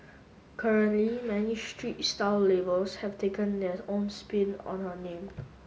currently many street style labels have taken their own spin on her name